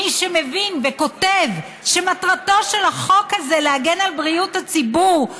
מי שמבין וכותב שמטרתו של החוק הזה להגן על בריאות הציבור,